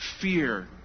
fear